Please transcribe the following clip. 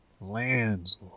lands